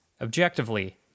Objectively